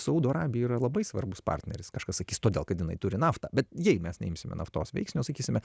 saudo arabija yra labai svarbus partneris kažkas sakys todėl kad jinai turi naftą bet jei mes neimsime naftos veiksnio sakysime